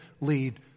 lead